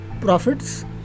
profits